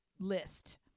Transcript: List